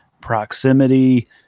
proximity